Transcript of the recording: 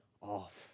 off